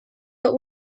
but